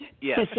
Yes